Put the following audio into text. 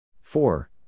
Four